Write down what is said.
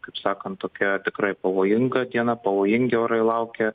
kaip sakant tokia tikrai pavojinga diena pavojingi orai laukia